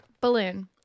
balloon